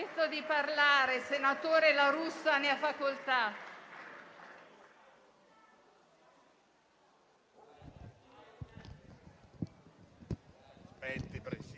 Presidente,